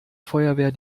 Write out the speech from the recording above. feuerwehr